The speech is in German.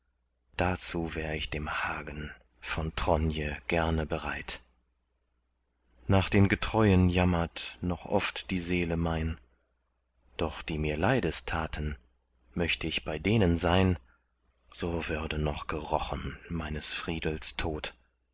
dazu wär ich dem hagen von tronje gerne bereit nach den getreuen jammert noch oft die seele mein doch die mir leides taten möcht ich bei denen sein so würde noch gerochen meines friedels tod